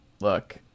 look